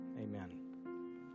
Amen